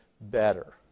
better